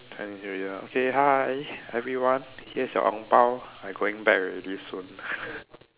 then here you are okay hi everyone here is your ang bao I going back already soon